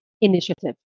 initiative